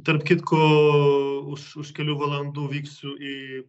tarp kitko už už kelių valandų vyksiu į